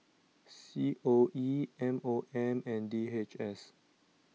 C O E M O M and D H S